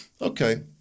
Okay